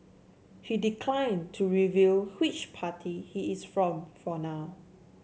he declined to reveal which party he is from for now